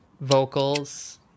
vocals